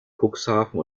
cuxhaven